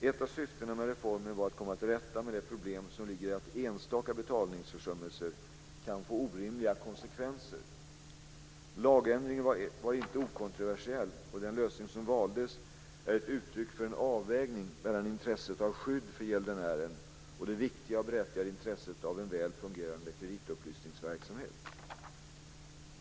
Ett av syftena med reformen var att komma till rätta med det problem som ligger i att enstaka betalningsförsummelser kan få orimliga konsekvenser. Lagändringen var inte okontroversiell, och den lösning som valdes är ett uttryck för en avvägning mellan intresset av skydd för gäldenären och det viktiga och berättigade intresset av en väl fungerande kreditupplysningsverksamhet.